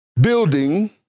building